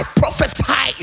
prophesy